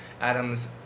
Adam's